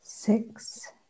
Six